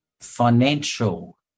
financial